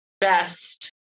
best